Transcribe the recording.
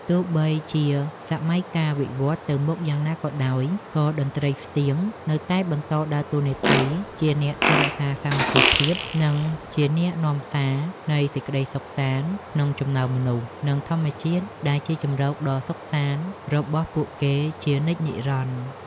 ទោះបីជាសម័យកាលវិវត្តទៅមុខយ៉ាងណាក៏ដោយ ក៏តន្ត្រីស្ទៀងនៅតែបន្តដើរតួនាទីជាអ្នកថែរក្សាសាមគ្គីភាព និងជាអ្នកនាំសារនៃសេចក្តីសុខសាន្ត ក្នុងចំណោមមនុស្ស និងធម្មជាតិដែលជាជម្រកដ៏សុខសាន្តរបស់ពួកគេជានិច្ចនិរន្តរ៍។